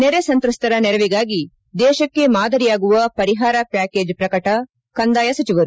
ನೆರೆ ಸಂತ್ರಸ್ತರ ನೆರವಿಗಾಗಿ ದೇಶಕ್ಕೆ ಮಾದರಿಯಾಗುವ ಪರಿಹಾರ ಪ್ಯಾಕೇಜ್ ಪ್ರಕಟ ಕಂದಾಯ ಸಚಿವರು